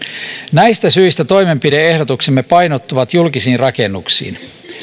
näistä syistä toimenpide ehdotuksemme painottuvat julkisiin rakennuksiin